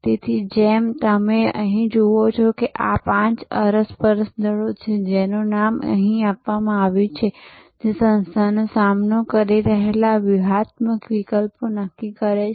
તેથી જેમ તમે અહીં જુઓ છો ત્યાં પાંચ અરસપરસ દળો છે જેનું નામ અહીં આપવામાં આવ્યું છે જે સંસ્થાનો સામનો કરી રહેલા વ્યૂહાત્મક વિકલ્પો નક્કી કરે છે